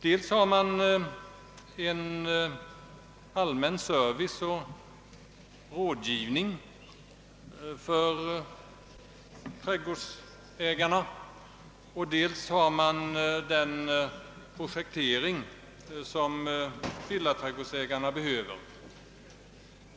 Dels lämnar de allmän service och rådgivning åt trädgårdsägarna, dels utför de den projektering som villaträdgårdsägarna behöver.